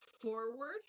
forward